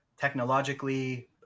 technologically